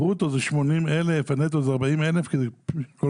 הברוטו זה 80,000, הנטו זה 40,000 כל שנה.